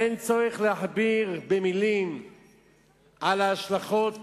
אין צורך להכביר מלים על ההשלכות